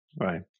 Right